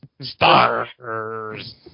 Stars